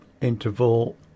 interval